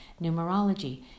numerology